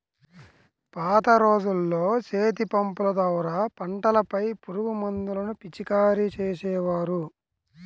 పాత రోజుల్లో చేతిపంపుల ద్వారా పంటలపై పురుగుమందులను పిచికారీ చేసేవారు